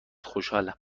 خوشحالم